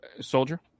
soldier